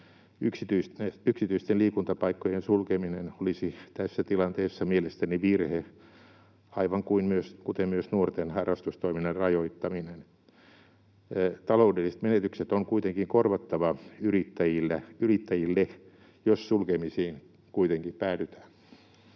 Yksityisten liikuntapaikkojen sulkeminen olisi tässä tilanteessa mielestäni virhe, aivan kuten myös nuorten harrastustoiminnan rajoittaminen. Taloudelliset menetykset on kuitenkin korvattava yrittäjille, jos sulkemisiin kuitenkin päädytään.